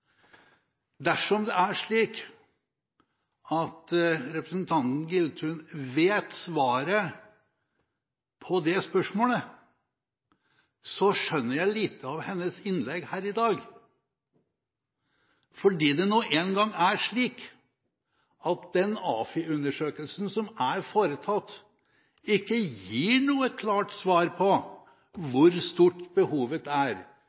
Dersom det er slik at representanten Giltun vet svaret på det spørsmålet, skjønner jeg lite av hennes innlegg her i dag. Det er nå en gang slik at den AFI-undersøkelsen som er foretatt, ikke gir noe klart svar på hvor stort behovet er.